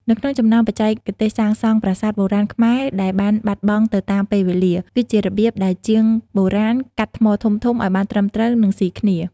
នៅក្នុងចំណោមបច្ចេកទេសសាងសង់ប្រាសាទបុរាណខ្មែរដែលបានបាត់បង់ទៅតាមពេលវេលា គឺជារបៀបដែលជាងបុរាណកាត់ថ្មធំៗឱ្យបានត្រឹមត្រូវ និងស៊ីគ្នា។